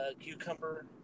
cucumber